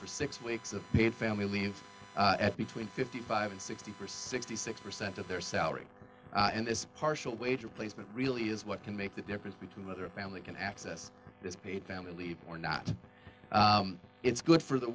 for six weeks of paid family leave between fifty five and sixty for sixty six percent of their salary and this partial wage replacement really is what can make the difference between whether family can access this paid family leave or not it's good for the